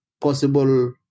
possible